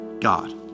God